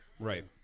Right